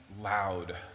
loud